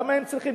למה הם צריכים?